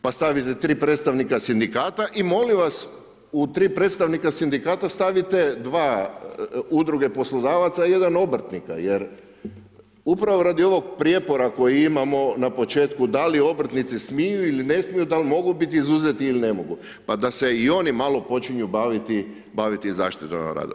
Pa stavite 3 predstavnika sindikata i molim vas u 3 predstavnika sindikata stavite 2 udruge poslodavaca i jedan obrtnika jer upravo radi ovoga prijepora koji imamo na početku da li obrtnici smiju ili ne smiju, da li mogu biti izuzeti ili ne mogu, pa da se i oni malo počinju baviti zaštitom na radu.